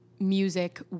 music